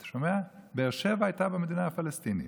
אתה שומע, באר שבע הייתה במדינה הפלסטינית,